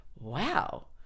Wow